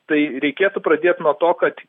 tai reikėtų pradėt nuo to kad